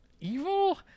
Evil